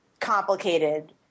complicated